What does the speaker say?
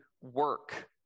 work